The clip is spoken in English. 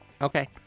Okay